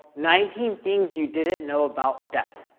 nineteen things you didn't know about death.